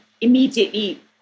immediately